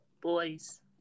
boys